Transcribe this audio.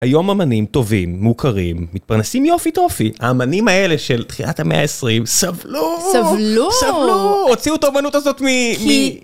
היום אמנים טובים, מוכרים, מתפרנסים יופי טופי. האמנים האלה של תחילת המאה העשרים, סבלו. סבלו סבלו. הוציאו את האומנות הזאת מ... כי...